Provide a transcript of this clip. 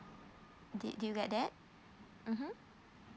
did you get that mmhmm